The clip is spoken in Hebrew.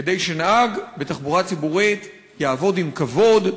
כדי שנהג בתחבורה הציבורית יעבוד עם כבוד,